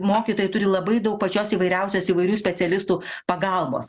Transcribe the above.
mokytojai turi labai daug pačios įvairiausios įvairių specialistų pagalbos